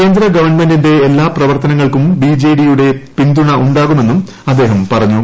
കേന്ദ്രഗവണ്മെന്റിന്റെ എല്ലാ പ്രവർത്തനങ്ങൾക്കും ബിജെഡിയുടെ പിന്തുണ ഉണ്ടാകുമെന്നും അദ്ദേഹം പറഞ്ഞു